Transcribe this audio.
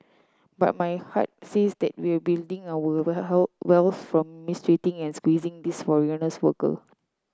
but my heart says that we're building our wealth from mistreating and squeezing these foreigners worker